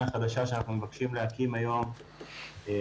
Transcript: החדשה שאנחנו מבקשים להקים היום באישורכם,